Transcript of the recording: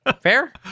Fair